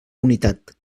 unitat